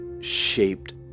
shaped